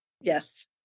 Yes